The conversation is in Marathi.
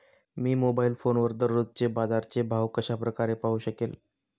मी मोबाईल फोनवर दररोजचे बाजाराचे भाव कशा प्रकारे पाहू शकेल?